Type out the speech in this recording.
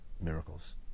miracles